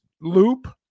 loop